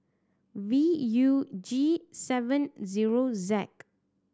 V U G seven zero Z